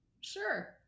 Sure